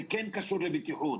זה כן קשור לבטיחות.